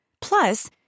Plus